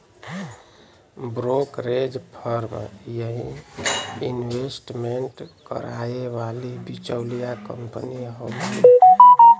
brokerage firm यही investment कराए वाली बिचौलिया कंपनी हउवे